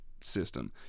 system